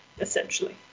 essentially